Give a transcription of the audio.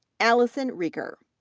allison reker.